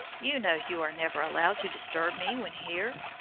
you know you are never allowed to disturb me when here.